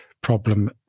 problem